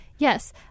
Yes